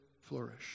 flourish